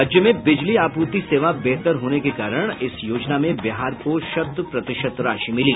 राज्य में बिजली आपूर्ति सेवा बेहतर होने के कारण इस योजना में बिहार को शत प्रतिशत राशि मिली